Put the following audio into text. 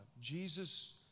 Jesus